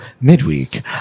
midweek